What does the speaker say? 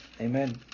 Amen